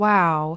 Wow